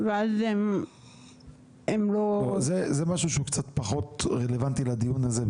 זה משהו שהוא קצת פחות רלוונטי לדיון הזה,